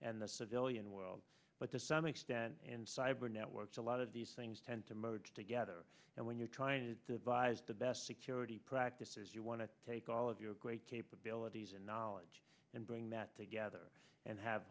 and the civilian world but to some extent and cyber networks a lot of these things tend to motor together and when you're trying to devise the best security practices you want to take all of your great capabilities and knowledge and bring that together and have